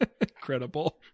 Incredible